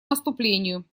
наступлению